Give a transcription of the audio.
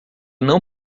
não